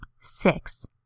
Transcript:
Six